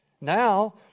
Now